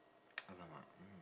!alamak! mm